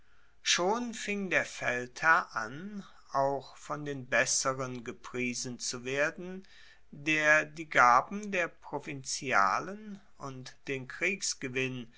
schon fing der feldherr an auch von den besseren gepriesen zu werden der die gaben der provinzialen und den kriegsgewinn